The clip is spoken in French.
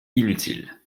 inutile